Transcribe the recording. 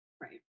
right